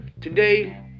Today